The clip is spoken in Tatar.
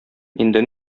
инде